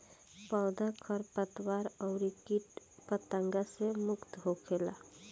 पौधा खरपतवार अउरी किट पतंगा से मुक्त होखेला